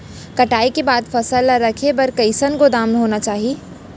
कटाई के बाद फसल ला रखे बर कईसन गोदाम होना चाही?